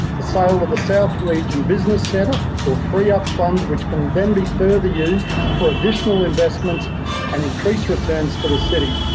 the sale of the south region business centre will free up funds which can then be further used for additional investments and increase returns to the city.